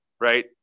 right